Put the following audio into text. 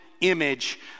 image